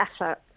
effort